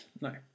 No